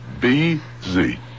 B-Z